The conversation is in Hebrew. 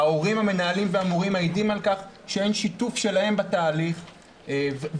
ההורים המנהלים ומורים מעידים על כך שאין שיתוף שלהם בתהליך ושוב,